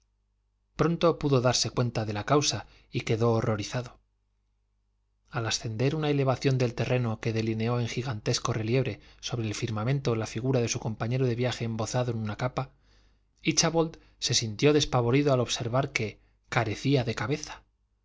pronto pudo darse cuenta de la causa y quedó horrorizado al ascender una elevación del terreno que delineó en gigantesco relieve sobre el firmamento la figura de su compañero de viaje embozado en una capa íchabod se sintió despavorido al observar que carecía de cabeza y